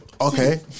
Okay